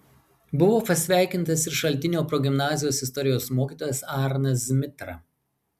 buvo pasveikintas ir šaltinio progimnazijos istorijos mokytojas arnas zmitra